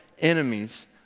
enemies